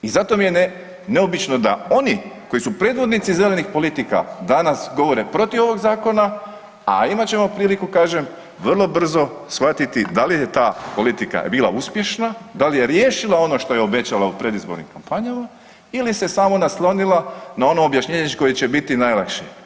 I zato mi je neobično da oni koji su predvodnici zelenih politika danas govore protiv ovog zakona, a imat ćemo priliku kažem vrlo brzo shvatiti da li je ta politika bila uspješna, da li je riješila ono što je obećala u predizbornim kampanjama ili se samo naslonila na ono objašnjenje koje će biti najlakše.